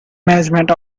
management